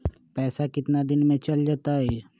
पैसा कितना दिन में चल जतई?